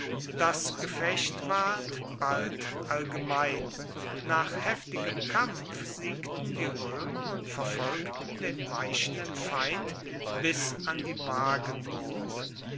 das gefecht ward bald allgemein nach heftigem kampf siegten die römer und verfolgten den weichenden feind bis an die wagenburg